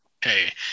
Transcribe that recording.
hey